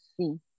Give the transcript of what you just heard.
see